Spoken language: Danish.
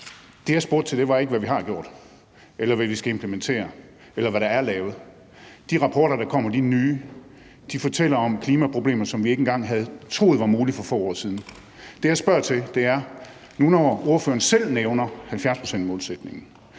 Det, jeg spurgte til, var ikke, hvad vi har gjort, eller hvad vi skal implementere, eller hvad der er lavet. De rapporter, der kommer, er nye; de fortæller om klimaproblemer, som vi ikke engang havde troet var mulige for få år siden. Det, jeg spørger til, er: Når ordføreren nu selv nævner 70-procentsmålsætningen,